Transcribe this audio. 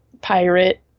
pirate